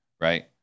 right